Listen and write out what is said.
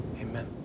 Amen